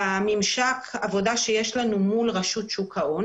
בממשק העבודה שיש לנו מול רשות שוק ההון